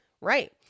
right